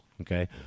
Okay